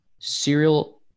serial